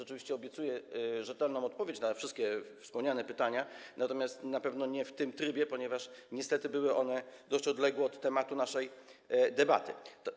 Oczywiście obiecuję rzetelną odpowiedź na wszystkie wspomniane pytania, natomiast na pewno nie w tym trybie, ponieważ niestety były one dość odległe od tematu naszej debaty.